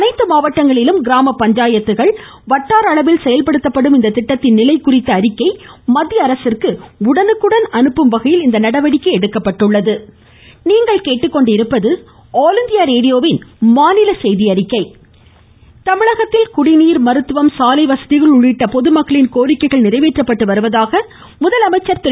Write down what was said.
அனைத்து மாவட்டங்களிலும் கிராமப் பஞ்சாயத்துகள் மற்றும் வட்டார அளவில் செயல்படுத்தப்படும் இத்திட்டத்தின் நிலை குறித்த அறிக்கை மத்திய அரசிற்கு உடனுக்குடன் அனுப்பும் வகையில் இந்நடவடிக்கை எடுக்கப்பட்டுள்ளது மமமமமம முதலமைச்சர் தமிழகத்தில் குடிநீர் மருத்துவம் சாலை வசதிகள் உள்ளிட்ட பொதுமக்களின் கோரிக்கைகள் நிறைவேற்றப்பட்டு வருவதாக முதலமைச்சர் திரு